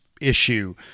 issue